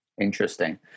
Interesting